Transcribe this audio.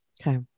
Okay